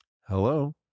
hello